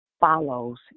follows